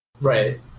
Right